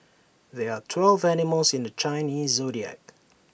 there are twelve animals in the Chinese Zodiac